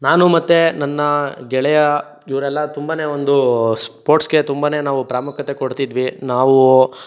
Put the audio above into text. ನಾನು ಮತ್ತು ನನ್ನ ಗೆಳೆಯ ಇವರೆಲ್ಲ ತುಂಬಾ ಒಂದು ಸ್ಪೋರ್ಟ್ಸ್ಗೆ ತುಂಬಾ ನಾವು ಪ್ರಾಮುಖ್ಯತೆ ಕೊಡ್ತಿದ್ವಿ ನಾವು